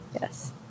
Yes